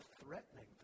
threatening